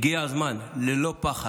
שהגיע הזמן לטפל